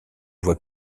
voie